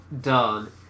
done